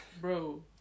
bro